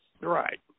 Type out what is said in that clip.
Right